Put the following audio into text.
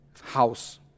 house